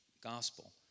gospel